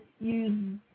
use